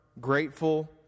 grateful